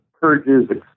purges